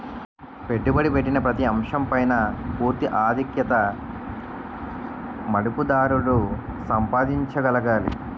పెట్టుబడి పెట్టిన ప్రతి అంశం పైన పూర్తి ఆధిక్యత మదుపుదారుడు సంపాదించగలగాలి